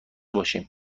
باشیم